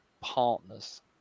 Partners